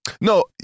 No